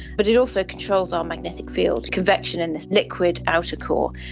but it also controls our magnetic field, conviction in this liquid outer core.